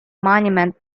monument